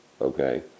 Okay